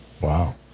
Wow